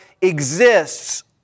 exists